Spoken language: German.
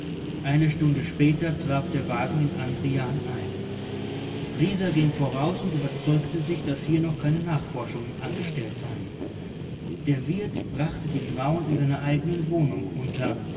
eine stunde später traf der wagen in andrian ein rieser ging voraus und überzeugte sich daß hier noch keine nachforschungen angestellt seien der wirt brachte die frauen in seiner eignen wohnung unter